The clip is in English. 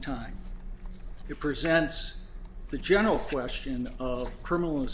time you present the general question of criminal